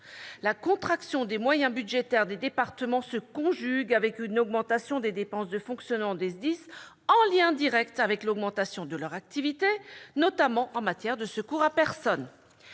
la contraction des moyens budgétaires des départements se conjugue à une augmentation des dépenses de fonctionnement des SDIS, en lien direct avec l'augmentation de leur activité, notamment en matière de secours à personne.